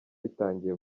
ritangiye